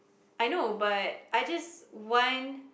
I know but I just want